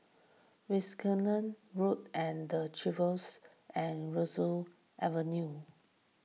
Wilkinson Road the Chevrons and Aroozoo Avenue